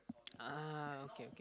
ah okay okay